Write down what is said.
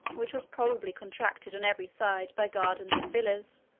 which was probably contracted on every side by gardens and villas,